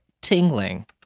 tingling